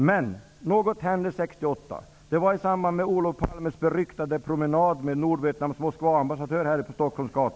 Men något hände 1968. Det var i samband med